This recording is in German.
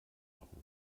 machen